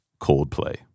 Coldplay